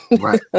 Right